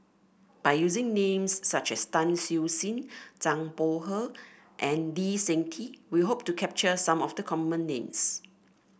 by using names such as Tan Siew Sin Zhang Bohe and Lee Seng Tee we hope to capture some of the common names